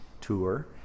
tour